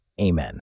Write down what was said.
Amen